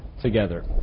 together